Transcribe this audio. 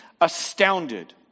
astounded